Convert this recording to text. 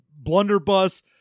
blunderbuss